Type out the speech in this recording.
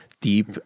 deep